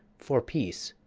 for peace,